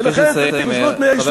ולכן צריך לשנות מהיסוד,